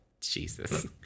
Jesus